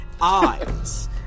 Eyes